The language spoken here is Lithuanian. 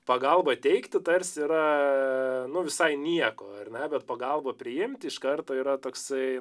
pagalbą teikti tarsi yra visai nieko ar na bet pagalbą priimti iš karto yra toksai